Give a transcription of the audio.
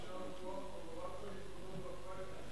יישר כוח, אבל הורדת לי כמה נקודות בפריימריס.